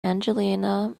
angelina